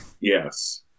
Yes